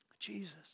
Jesus